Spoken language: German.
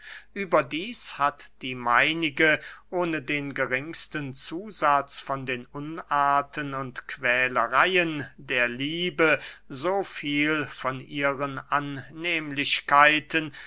überdieß hat die meinige ohne den geringsten zusatz von den unarten und quälereyen der liebe so viel von ihren annehmlichkeiten